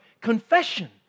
confession